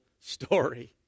story